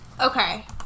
Okay